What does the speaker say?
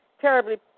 terribly